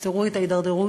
אז תראו את ההידרדרות.